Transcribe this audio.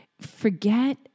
forget